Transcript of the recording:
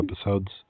episodes